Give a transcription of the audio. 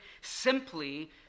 simply